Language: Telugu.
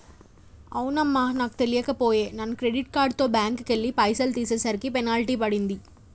అవునమ్మా నాకు తెలియక పోయే నాను క్రెడిట్ కార్డుతో బ్యాంకుకెళ్లి పైసలు తీసేసరికి పెనాల్టీ పడింది